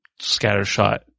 scattershot